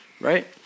Right